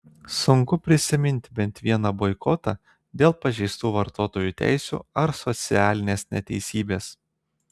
sunku prisiminti bent vieną boikotą dėl pažeistų vartotojų teisių ar socialinės neteisybės